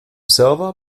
server